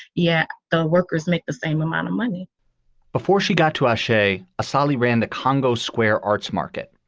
yeah the workers make the same amount of money before she got to ah shea, assali ran the congo square arts market,